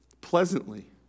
pleasantly